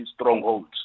strongholds